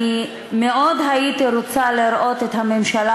אני הייתי רוצה מאוד לראות את הממשלה,